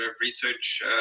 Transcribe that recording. research